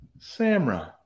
Samra